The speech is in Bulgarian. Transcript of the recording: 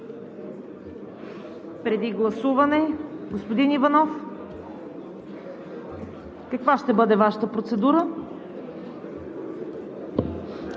преди гласуване. Господин Иванов, каква ще бъде Вашата процедура?